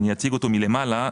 אציג אותו מלמעלה.